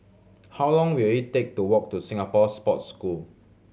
how long will it take to walk to Singapore Sports School